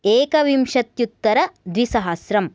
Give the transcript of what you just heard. एकविंशत्युत्तर द्विसहस्रम्